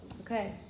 Okay